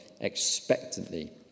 expectantly